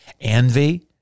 envy